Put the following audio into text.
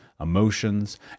emotions